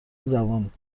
زبانشناسی